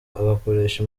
agakoresha